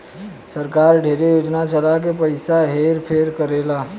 सरकार ढेरे योजना चला के पइसा हेर फेर करेले